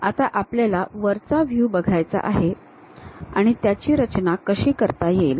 आता आपल्याला वरचा व्ह्यू बघायचा आहे आणि त्याची रचना कशी करता येईल